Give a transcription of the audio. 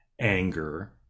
anger